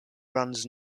runs